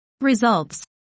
Results